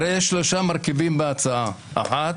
הרי יש שלושה מרכיבים בהצעה: האחת,